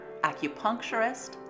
acupuncturist